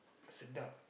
sedap